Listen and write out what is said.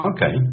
Okay